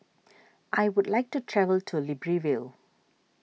I would like to travel to Libreville